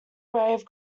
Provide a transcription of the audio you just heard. grave